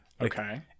okay